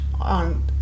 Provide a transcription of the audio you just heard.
on